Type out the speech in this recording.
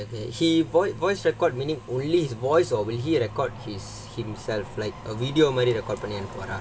okay okay he voi~ voice record meaning only his voice or will he record him himself like a video மாதிரி பண்ணி அனுப்புவாரா:maadhiri panni anuppuvaaraa